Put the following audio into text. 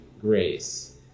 grace